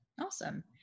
Awesome